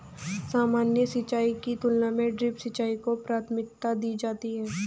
सामान्य सिंचाई की तुलना में ड्रिप सिंचाई को प्राथमिकता दी जाती है